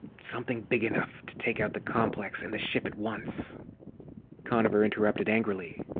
something big enough to take out the complex and the ship at once conover interrupted angrily,